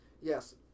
yes